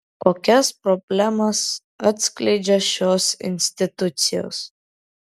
kokias problemas atskleidžią šios institucijos